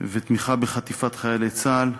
ותמיכה בחטיפת חיילי צה"ל.